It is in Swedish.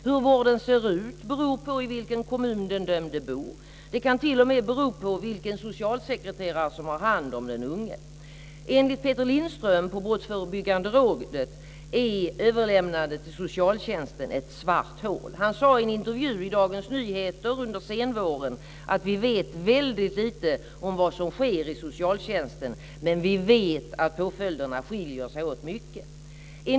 Hur vården ser ut beror på i vilken kommun den dömde bor. Det kan t.o.m. bero på vilken socialsekreterare som har hand om den unge. Enligt Peter Lindström på Brottsförebyggande rådet är överlämnandet till socialtjänsten ett svart hål. Han sade i en intervju i Dagens Nyheter under senvåren: Vi vet väldigt lite om vad som sker i socialtjänsten, men vi vet att påföljderna skiljer sig åt mycket.